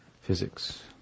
physics